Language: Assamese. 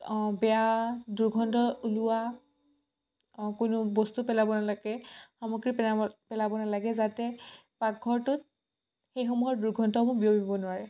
অঁ বেয়া দুৰ্গন্ধ ওলোৱা অঁ কোনো বস্তু পেলাব নালাগে সামগ্ৰী পেলাব পেলাব নালাগে যাতে পাকঘৰটোত সেইসমূহৰ দুৰ্গন্ধসমূহ বিয়পিব নোৱাৰে